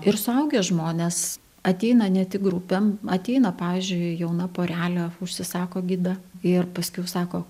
ir suaugę žmonės ateina ne tik grupėm ateina pavyzdžiui jauna porelė užsisako gidą ir paskiau sako